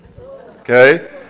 okay